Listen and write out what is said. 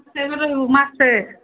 ସେ ବୋଧେ ମାସେ